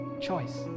choice